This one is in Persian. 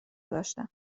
داشتم